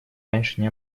раньше